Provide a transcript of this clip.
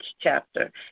chapter